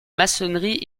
maçonnerie